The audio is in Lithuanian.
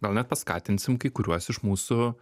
gal net paskatinsim kai kuriuos iš mūsų